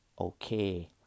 Okay